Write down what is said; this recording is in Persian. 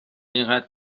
اینقدر